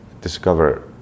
discover